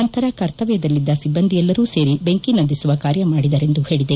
ನಂತರ ಕರ್ತವ್ಯದಲ್ಲಿದ್ದ ಸಿಬ್ಲಂದಿಯೆಲ್ಲರೂ ಸೇರಿ ಬೆಂಕಿ ನಂದಿಸುವ ಕಾರ್ಯ ಮಾಡಿದರೆಂದು ಹೇಳಿದೆ